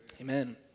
amen